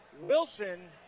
Wilson